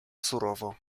surowo